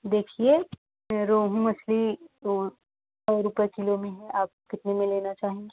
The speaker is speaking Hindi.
देखिए रोहू मछली तो सौ रुपये किलो में है आप कितने में लेना चाहेंगी